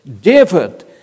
David